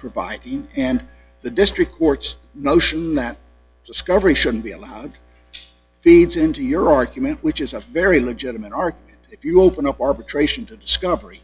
provider and the district court's notion that discovery shouldn't be allowed feeds into your argument which is a very legitimate argument if you open up arbitration to discovery